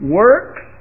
works